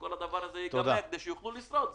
כדי שיוכלו לשרוד,